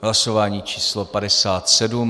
Hlasování číslo 57.